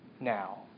Now